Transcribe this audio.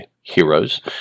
heroes